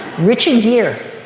richard gere.